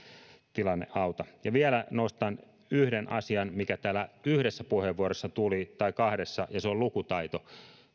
auta vielä nostan yhden asian mikä täällä yhdessä puheenvuorossa tuli tai kahdessa ja se on lukutaito